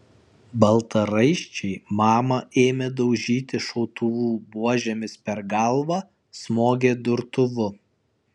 baltaraiščiai mamą ėmė daužyti šautuvų buožėmis per galvą smogė durtuvu